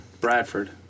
Bradford